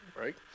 Right